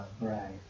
Right